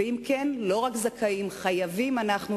ואם כן, אנחנו לא רק זכאים, אנחנו חייבים לדעת.